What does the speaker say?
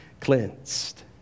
cleansed